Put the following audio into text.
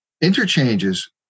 interchanges